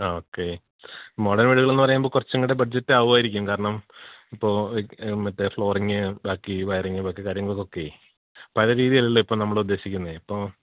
okay modern വീടുകളെന്ന് പറയുമ്പോൾ കുറച്ചും കൂടെ ബഡ്ജെറ്റ് ആകുമായിരിക്കും കാരണം ഇപ്പോൾ മറ്റേ ഫ്ളോറിങ് ബാക്കി വയറിങ്ങുകളൊക്കെ കാര്യങ്ങൾക്കൊക്കെ പഴയ രീതി അല്ലല്ലോ ഇപ്പോൾ നമ്മളുദ്ദേശിക്കുന്നത് ഇപ്പോൾ